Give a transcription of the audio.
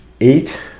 Eight